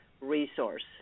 resource